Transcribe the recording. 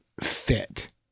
fit